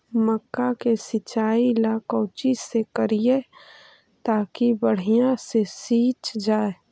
मक्का के सिंचाई ला कोची से करिए ताकी बढ़िया से सींच जाय?